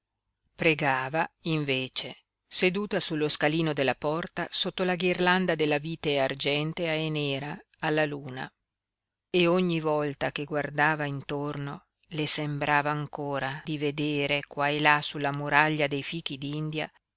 pregava invece seduta sullo scalino della porta sotto la ghirlanda della vite argentea e nera alla luna e ogni volta che guardava intorno le sembrava ancora di vedere qua e là sulla muraglia dei fichi